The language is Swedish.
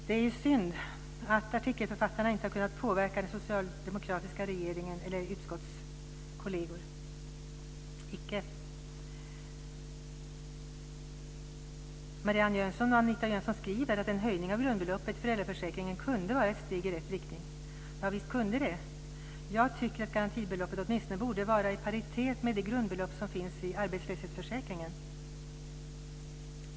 Det är ju synd att artikelförfattarna inte har kunnat påverka den socialdemokratiska regeringen eller utskottskolleger. Men icke! Marianne Jönsson och Anita Jönsson skriver att en höjning av grundbeloppet i föräldraförsäkringen kunde vara ett steg i rätt riktning. Visst kunde det. Jag tycker att garantibeloppet åtminstone borde vara i paritet med det grundbelopp som finns i arbetslöshetsförsäkringen.